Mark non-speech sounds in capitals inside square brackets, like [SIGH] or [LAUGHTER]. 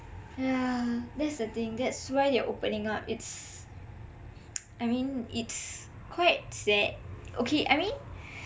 yah that's the thing that's why they are opening up it's [NOISE] I mean it's quite sad okay I mean